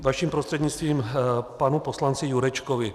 Vaším prostřednictvím k panu poslanci Jurečkovi.